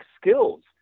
skills